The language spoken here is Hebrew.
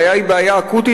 הבעיה היא בעיה אקוטית,